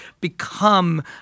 become